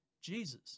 Jesus